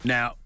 Now